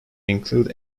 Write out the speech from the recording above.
include